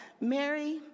Mary